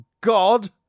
god